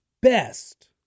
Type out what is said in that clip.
best